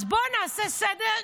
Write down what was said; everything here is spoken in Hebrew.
אז בוא נעשה סדר,